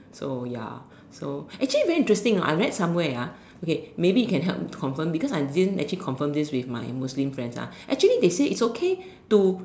so ya so actually very interesting I read somewhere okay maybe you can help me to confirm because I didn't actually confirm this with my Muslim friend actually they said is okay to